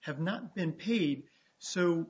have not been paid so